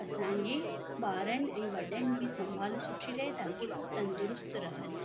असांजे ॿारनि ऐं वॾनि जी संभाल सुठी रहे ताकि हो तंदुरुस्त रहनि